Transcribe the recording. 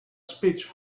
speech